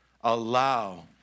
allow